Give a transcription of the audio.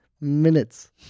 minutes